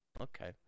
Okay